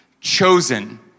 Chosen